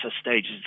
stages